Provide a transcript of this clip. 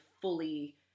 fully